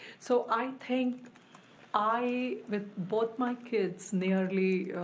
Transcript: so i think i, with both my kids nearly,